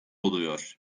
oluyor